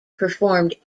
performed